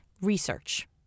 research